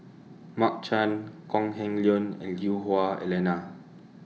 Mark Chan Kok Heng Leun and Lui Hah Wah Elena